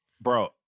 bro